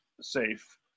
safe